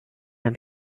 habe